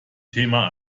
thema